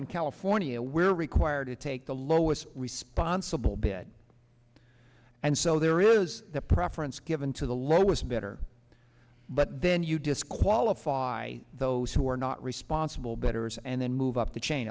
in california we're required to take the lowest responsible bid and so there is a preference given to the lowest bidder but then you disqualify those who are not responsible betters and then move up the chain